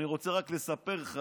אני רק רוצה לספר לך,